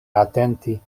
atenti